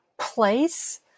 place